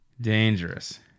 Dangerous